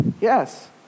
yes